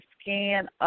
scan